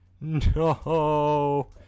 No